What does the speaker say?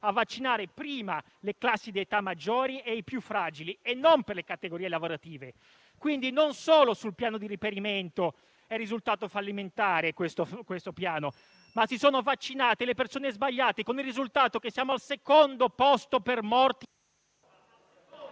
vaccinare prima le classi di età maggiore e i più fragili e non a seconda delle categorie lavorative, quindi non solo quanto al reperimento è risultato fallimentare questo piano, ma si sono vaccinate le persone sbagliate, con il risultato che siamo al secondo posto per morti.